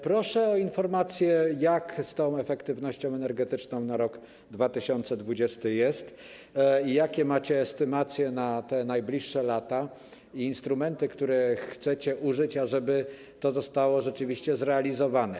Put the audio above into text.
Proszę o informację, jak jest z tą efektywnością energetyczną na rok 2020, jakie macie estymacje na te najbliższe lata i instrumenty, których chcecie użyć, ażeby to zostało rzeczywiście zrealizowane.